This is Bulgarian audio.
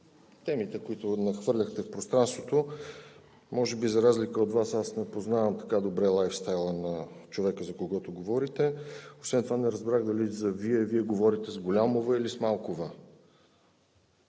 темите, които нахвърляхте в пространството. Може би, за разлика от Вас, аз не познавам така добре лайфстайла на човека, за когото говорите. Освен това не разбрах дали за „Вие“ говорите с голямо „В“ или с малко